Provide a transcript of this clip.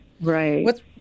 right